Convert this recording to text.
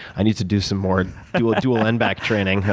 i need to do some more dual dual end back training.